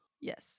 Yes